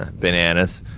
bananas,